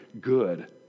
good